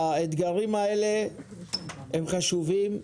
האתגרים האלה הם אתגרים חשובים.